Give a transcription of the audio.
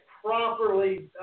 properly